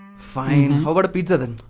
fine, how about a pizza then?